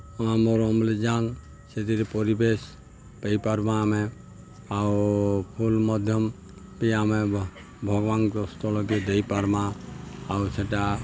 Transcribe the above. ଆମର୍ ଅମ୍ଳଜାନ୍ ସେଥିରେ ପରିବେଶ ପାଇପାର୍ମା ଆମେ ଆଉ ଫୁଲ୍ ମଧ୍ୟ ବି ଆମେ ଭଗ୍ବାନ୍ଙ୍କ ସ୍ଥଳକେ ଦେଇପାର୍ମା ଆଉ ସେଟା